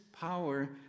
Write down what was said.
power